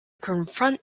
confront